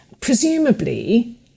Presumably